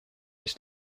its